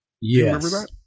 Yes